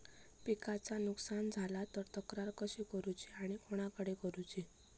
पिकाचा नुकसान झाला तर तक्रार कशी करूची आणि कोणाकडे करुची?